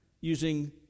using